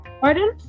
Pardon